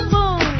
Boom